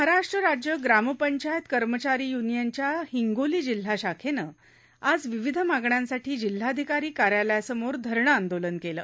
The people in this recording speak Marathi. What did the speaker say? महाराष्ट्र राज्य ग्रामपंचायत कर्मचारी यूनियनच्या हिंगोली जिल्हा शाखेनं आज विविध मागण्यांसाठी जिल्हाधिकारी कार्यालयासमोर धरणं आंदोलन केलं